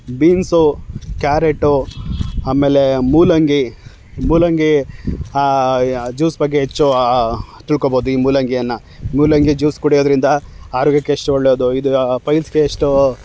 beans carrot ಆಮೇಲೆ ಮೂಲಂಗಿ ಮೂಲಂಗಿ ಜ್ಯೂಸ್ ಬಗ್ಗೆ ಹೆಚ್ಚು ತಿಳ್ಕೊಬೋದು ಈ ಮೂಲಂಗಿಯನ್ನು ಮೂಲಂಗಿ ಜ್ಯೂಸ್ ಕುಡಿಯೋದರಿಂದ ಆರೋಗ್ಯಕ್ಕೆ ಎಷ್ಟು ಒಳ್ಳೆಯದು ಇದು ಪೈಲ್ಸಿಗೆ ಎಷ್ಟು